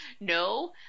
No